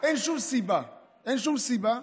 אין שום סיבה, אין שום סיבה,